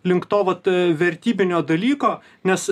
link to vat vertybinio dalyko nes